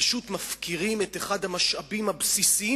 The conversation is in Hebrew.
פשוט מפקירים את אחד המשאבים הבסיסיים